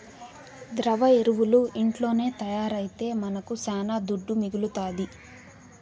ద్రవ ఎరువులు ఇంట్లోనే తయారైతే మనకు శానా దుడ్డు మిగలుతాది